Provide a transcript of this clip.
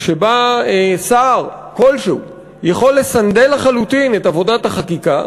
שבה שר כלשהו יכול לסנדל לחלוטין את עבודת החקיקה,